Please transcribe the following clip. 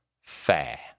fair